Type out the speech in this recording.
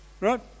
right